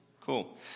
Cool